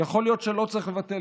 יכול להיות שלא צריך לבטל,